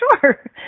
sure